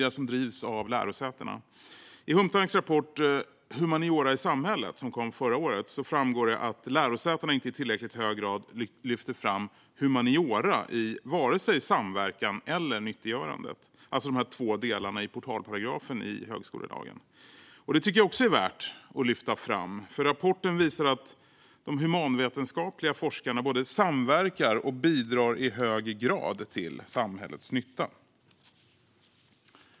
Om behovet av ett breddat samverkansbegrepp som kom förra året - Humtank är en tankesmedja som drivs av lärosätena - framgår att lärosätena inte i tillräckligt hög grad lyfter fram humaniora i vare sig samverkan eller nyttogörandet. Det är de två delarna i portalparagrafen i högskolelagen. Det tycker jag också är värt att lyfta fram. Rapporten visar att de humanvetenskapliga forskarna både samverkar och bidrar i hög grad till samhällets nytta.